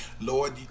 Lord